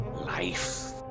Life